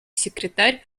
секретарь